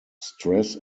stress